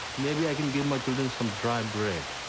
maybe i can give my children some dry bread.